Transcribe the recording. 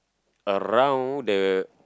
around the